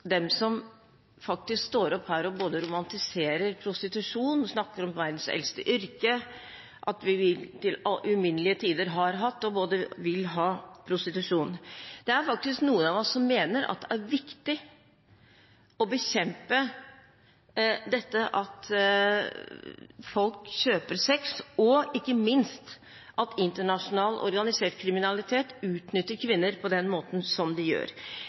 dem som står opp her og både romantiserer prostitusjon og snakker om verdens eldste yrke og at vi til uminnelige tider har hatt, og vil ha, prostitusjon. Det er faktisk noen av oss som mener at det er viktig å bekjempe det at folk kjøper sex og ikke minst at internasjonal organisert kriminalitet utnytter kvinner på den måten som de gjør.